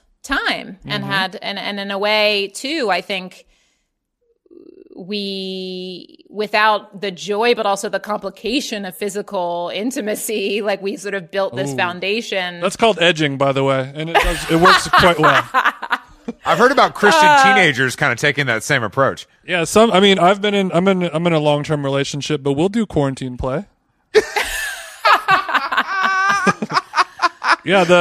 time and Mhm. had- and- and in a way, too, I think we- without the joy, but also the complication of physical intimacy, like, we sort of built this Ooh. foundation. That's called edging, by the way, and it does- it works quite well. I've heard about Christian Uh, teenagers kinda taking that same approach. Yeah, some- I mean, I've been in- I'm in- I'm in a long-term relationship, but we'll do quarantine play. Yeah,